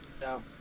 No